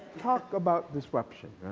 talk about disruption.